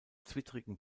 zwittrigen